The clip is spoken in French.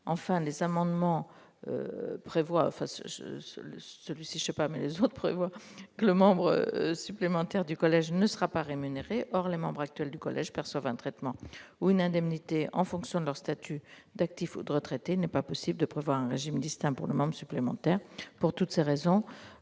Enfin, cet amendement prévoit que le membre supplémentaire du collège ne sera pas rémunéré. Or les membres actuels du collège perçoivent un traitement ou une indemnité en fonction de leur statut d'actif ou de retraité, et il n'est pas possible de prévoir un régime distinct pour le membre supplémentaire. Pour toutes ces raisons,